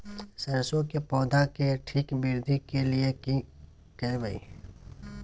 सरसो के पौधा के ठीक वृद्धि के लिये की करबै?